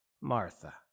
Martha